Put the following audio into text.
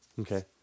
Okay